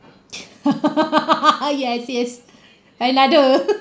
yes yes another